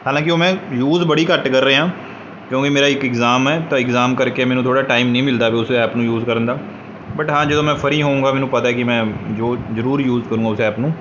ਹਾਲਾਂਕਿ ਉਹ ਮੈਂ ਯੂਜ ਬੜੀ ਘੱਟ ਕਰ ਰਿਹਾ ਕਿਉਂਕਿ ਮੇਰਾ ਇੱਕ ਇਗਜਾਮ ਹੈ ਤਾਂ ਇਗਜਾਮ ਕਰਕੇ ਮੈਨੂੰ ਥੋੜ੍ਹਾ ਟਾਈਮ ਨਹੀਂ ਮਿਲਦਾ ਉਸ ਐਪ ਨੂੰ ਯੂਜ ਕਰਨ ਦਾ ਬੱਟ ਹਾਂ ਜਦੋਂ ਮੈਂ ਫ੍ਰੀ ਹੋਊਂਗਾ ਮੈਨੂੰ ਪਤਾ ਕਿ ਮੈਂ ਜੋ ਜ਼ਰੂਰ ਯੂਜ ਕਰੂੰਗਾ ਉਸ ਐਪ ਨੂੰ